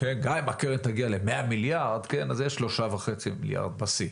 גם אם הקרן תגיע ל-100 מיליארד אז זה יהיה 3.5 מיליארד בשיא.